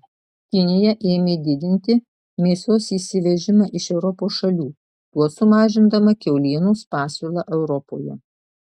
kinija ėmė didinti mėsos įsivežimą iš europos šalių tuo sumažindama kiaulienos pasiūlą europoje